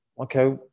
Okay